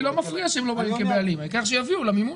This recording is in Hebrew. לא מפריע שהם באים כבעלים העיקר שיביאו למימון.